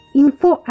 info